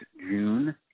June